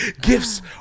gifts